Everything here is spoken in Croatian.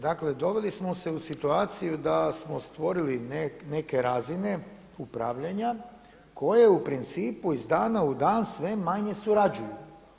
Dakle doveli smo se u situaciju da smo stvorili neke razine upravljanja koje u principu iz dana u dan sve manje surađuju.